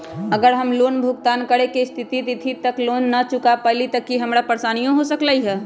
अगर हम लोन भुगतान करे के सिमित तिथि तक लोन न चुका पईली त की की परेशानी हो सकलई ह?